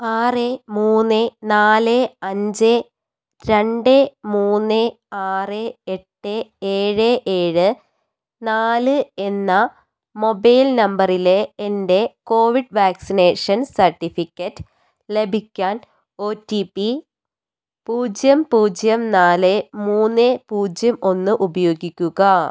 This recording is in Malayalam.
ആറ് മൂന്ന് നാല് അഞ്ച് രണ്ട് മൂന്ന് ആറ് എട്ട് ഏഴ് ഏഴ് നാല് എന്ന മൊബൈൽ നമ്പറിലെ എൻ്റെ കോവിഡ് വാക്സിനേഷൻ സർട്ടിഫിക്കറ്റ് ലഭിക്കാൻ ഒ ടി പി പൂജ്യം പൂജ്യം നാല് മൂന്ന് പൂജ്യം ഒന്ന് ഉപയോഗിക്കുക